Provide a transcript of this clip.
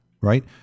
right